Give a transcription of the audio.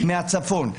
מהצפון,